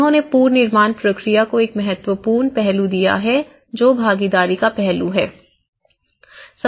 उन्होंने पुनर्निर्माण प्रक्रिया को एक महत्वपूर्ण पहलू दिया है जो भागीदारी का पहलू है